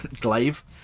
glaive